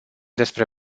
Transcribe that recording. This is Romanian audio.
despre